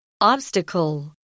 Obstacle